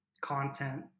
content